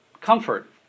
comfort